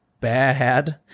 Bad